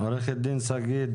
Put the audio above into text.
עו"ד שגית